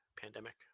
Pandemic